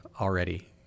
already